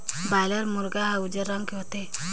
boiler मुरगा हर उजर रंग के होथे